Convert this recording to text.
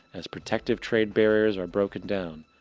as protective trade-barriers are broken down,